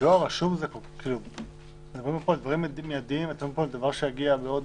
דואר רשום זה דבר שיגיע בעוד...